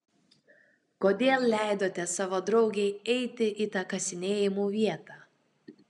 kodėl leidote savo draugei eiti į tą kasinėjimų vietą